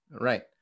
right